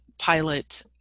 Pilot